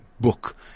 book